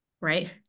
Right